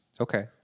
Okay